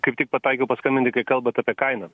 kaip tik pataikiau paskambinti kai kalbat apie kainą